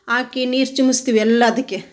ಹಾಕಿ ನೀರು ಚಿಮುಸ್ತೀವಿ ಎಲ್ಲಾದಕ್ಕೆ